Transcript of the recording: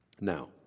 Now